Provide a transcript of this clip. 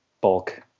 bulk